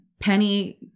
Penny